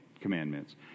commandments